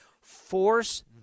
Force